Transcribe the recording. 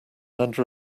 under